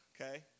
okay